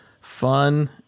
Fun